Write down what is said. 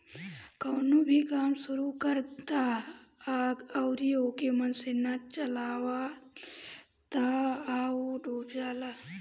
कवनो भी काम शुरू कर दअ अउरी ओके मन से ना चलावअ तअ उ डूब जाला